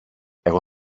εγώ